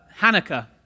Hanukkah